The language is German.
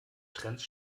trends